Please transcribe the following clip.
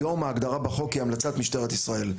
היום ההגדרה בחוק היא המלצת משטרת ישראל.